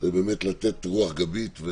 היא לתת רוח גבית.